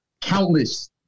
countless